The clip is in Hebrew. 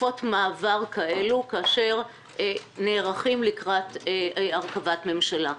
בתקופות מעבר כאלו כאשר נערכים לקראת הרכבת ממשלה.